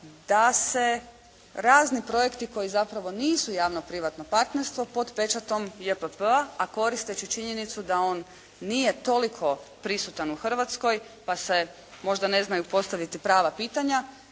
da se razni projekti koji zapravo nisu javno privatno partnerstvo pod pečatom JPP-a a koristeći činjenicu da on nije toliko prisutan u Hrvatskoj pa se možda ne znaju postaviti prava pitanja